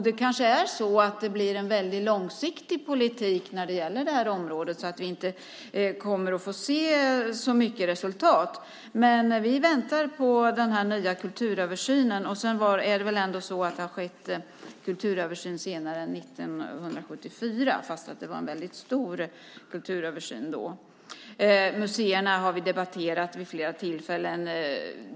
Det kanske är så att det är fråga om en mycket långsiktig politik på det här området och att vi därför inte kommer att få se så mycket resultat. Vi väntar på den nya kulturöversynen. Sedan har det väl ändå skett kulturöversyner även efter 1974, även om det den gången var fråga om en stor kulturöversyn. Museerna har vi debatterat vid flera tillfällen.